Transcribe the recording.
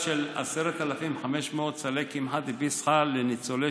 נעשתה חלוקה של 10,500 סלי קמחא דפסחא לניצולי